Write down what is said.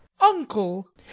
uncle